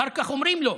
אחר כך להגיד לו: